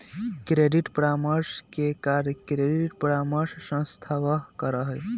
credit परामर्श के कार्य क्रेडिट परामर्श संस्थावह करा हई